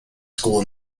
school